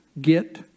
get